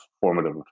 formative